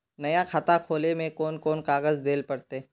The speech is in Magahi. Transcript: नया खाता खोले में कौन कौन कागज देल पड़ते?